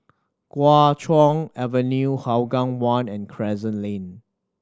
Kuo Chuan Avenue Hougang One and Crescent Lane